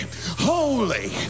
holy